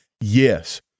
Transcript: Yes